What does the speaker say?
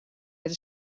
het